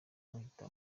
muhita